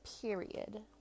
period